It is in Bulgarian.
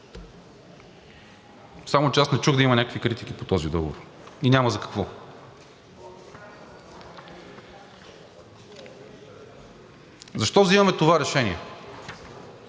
само че аз не чух да има някакви критики по този договор и няма за какво. Защо взимаме това решение?